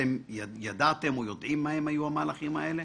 אתם ידעתם או יודעים מה היו המהלכים האלה